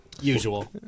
Usual